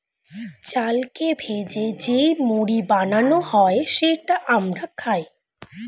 চালকে ভেজে যেই মুড়ি বানানো হয় সেটা আমরা খাই